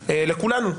כולנו,